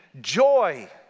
Joy